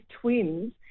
Twins